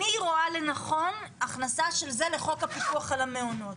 אני רואה לנכון הכנסה של זה לחוק הפיקוח על המעונות.